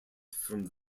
from